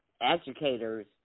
educators